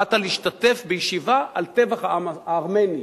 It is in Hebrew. באת להשתתף בישיבה על טבח העם הארמני,